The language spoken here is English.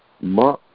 Ma